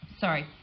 Sorry